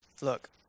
Look